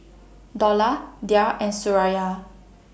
Dollah Dhia and Suraya